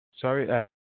Sorry